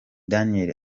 daniel